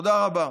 תודה רבה.